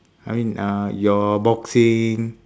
I mean uh your boxing